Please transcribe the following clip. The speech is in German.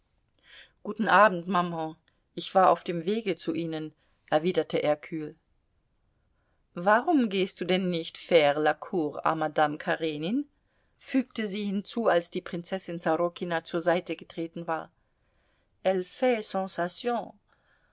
guten abend maman ich war auf dem wege zu ihnen erwiderte er kühl warum gehst du denn nicht faire la cour madame karnine fügte sie hinzu als die prinzessin sorokina zur seite getreten war